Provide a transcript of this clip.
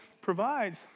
provides